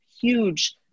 huge